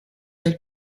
del